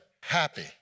happy